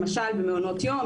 למשל במעונות יום,